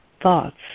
thoughts